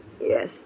Yes